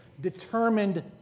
determined